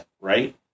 Right